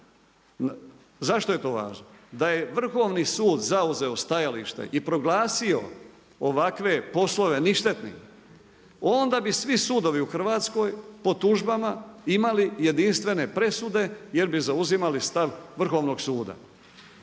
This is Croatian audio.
Zašto je to važno? Da je Vrhovni sud zauzeo stajalište i proglasio ovakve poslove ništetnim, onda bi svi sudovi u Hrvatskoj po tužbama imali jedinstvene presude jer bi zauzimali stav Vrhovnog suda.